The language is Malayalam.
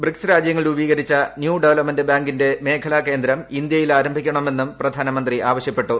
ബ്രിക്സ് രാജ്യങ്ങൾ രൂപീകരിച്ച ന്യൂ ഡെവലപ്പ്മെന്റ് ബാങ്കിന്റെ മേഖലാ കേന്ദ്രം ഇന്ത്യയിൽ ആരംഭിക്കണമെന്നും പ്രധാനമന്ത്രി ആവശ്യപ്പെട്ടു